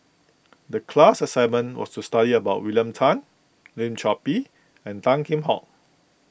the class assignment was to study about William Tan Lim Chor Pee and Tan Kheam Hock